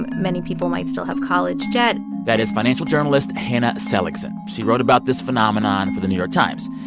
many people might still have college debt that is financial journalist hannah seligson. she wrote about this phenomenon for the new york times.